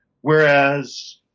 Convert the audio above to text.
Whereas